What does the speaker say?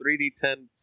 3d10